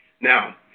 Now